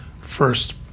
first